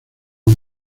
más